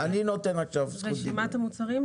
להקריא את רשימת המוצרים?